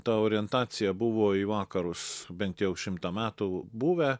ta orientacija buvo į vakarus bent jau šimtą metų buvę